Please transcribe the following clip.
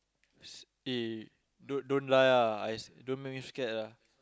eh don't don't lie ah I don't make me scared ah